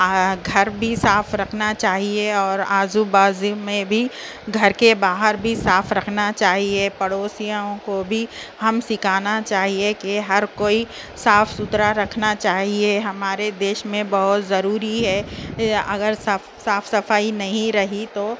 گھر بھی صاف رکھنا چاہیے اور آزو بازو میں بھی گھر کے باہر بھی صاف رکھنا چاہیے پڑوسیوں کو بھی ہم سکھانا چاہیے کہ ہر کوئی صاف ستھرا رکھنا چاہیے ہمارے دیش میں بہت ضروری ہے کہ اگر صاف صاف صفائی نہیں رہی تو